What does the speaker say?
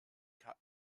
cut